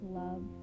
love